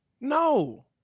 No